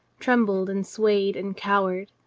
trembled and swayed and cowered.